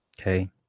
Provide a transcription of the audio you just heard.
okay